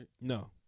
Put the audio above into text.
No